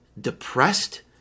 depressed